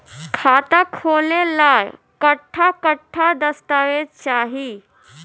खाता खोले ला कट्ठा कट्ठा दस्तावेज चाहीं?